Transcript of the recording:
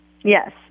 Yes